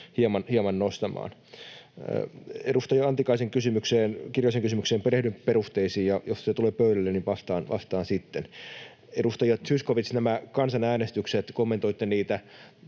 hieman nostamaan. Edustaja Antikaisen kysymykseen: perehdyn kirjallisen kysymyksen perusteisiin, ja jos se tulee pöydälleni, niin vastaan sitten. Edustaja Zyskowicz, kommentoitte niitä